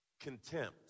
contempt